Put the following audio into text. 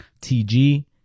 tg